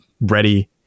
ready